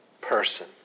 person